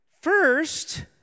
first